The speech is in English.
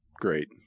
great